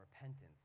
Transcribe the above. repentance